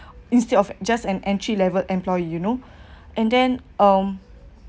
instead of just an entry level employee you know and then um